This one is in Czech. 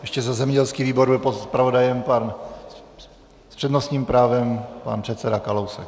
Ještě za zemědělský výbor byl zpravodajem pan s přednostním právem pan předseda Kalousek.